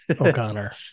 O'Connor